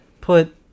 put